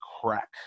crack